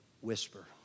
whisper